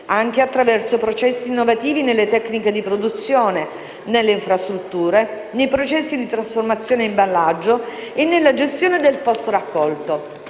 anche attraverso processi innovativi nelle tecniche di produzione, nelle infrastrutture, nei processi di trasformazione e imballaggio e nella gestione del *post* raccolto.